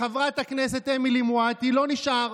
לחברת הכנסת אמילי מואטי, לא נשאר.